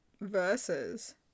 versus